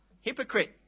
hypocrite